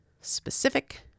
Specific